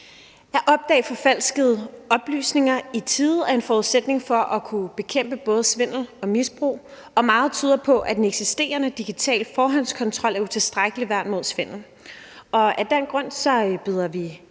At opdage forfalskede oplysninger i tide er en forudsætning for at kunne bekæmpe både svindel og misbrug, men meget tyder på, at den eksisterende digitale forhåndskontrol er et utilstrækkeligt værn mod svindel. Af den grund byder vi